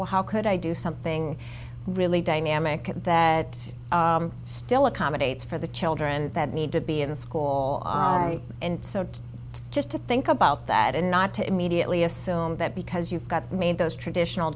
well how could i do something really dynamic that still accommodates for the children that need to be in school and so just to think about that and not to immediately assume that because you've got made those traditional